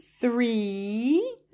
three